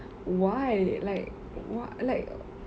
why like !wah! like